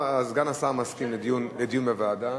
סגן השר מסכים לדיון בוועדה.